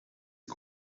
est